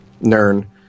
Nern